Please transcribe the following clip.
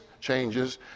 changes